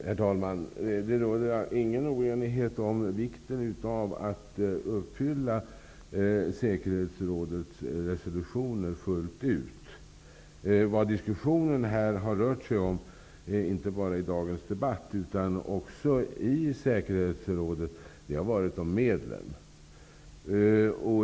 Herr talman! Det råder ingen oenighet om vikten av att uppfylla säkerhetsrådets resolutioner fullt ut. Vad diskussionen här har rört sig om, inte bara i dagens debatt utan också i säkerhetsrådet, är medlen.